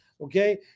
Okay